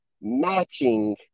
matching